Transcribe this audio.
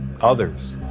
others